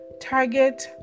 Target